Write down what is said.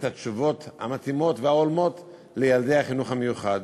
התשובות המתאימות וההולמות לילדי החינוך המיוחד,